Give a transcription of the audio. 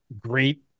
great